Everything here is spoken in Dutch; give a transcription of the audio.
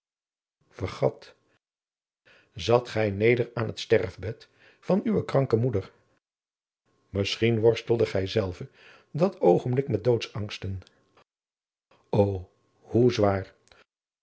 vergat zat gij neder aan het sterfbed van uwe kranke moeder misschien worstelde gij zelve dat oogenblik met doodsangsten o hoe zwaar